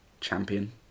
champion